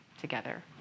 together